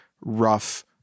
rough